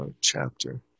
chapter